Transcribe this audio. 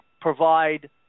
provide